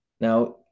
now